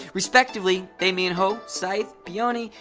respectively, they mean hoe, scythe, peony,